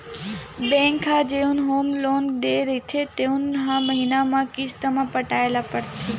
bank ह जउन home loan दे रहिथे तउन ल महिना म किस्त म पटाए ल परथे